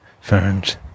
ferns